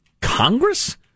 congress